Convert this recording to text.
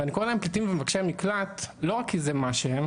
ואני קורא להם פליטים ומבקשי מקלט לא רק כי זה מה שהם,